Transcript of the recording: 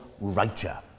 writer